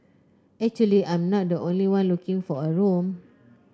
actually I'm not the only one looking for a room